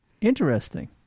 Interesting